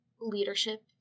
leadership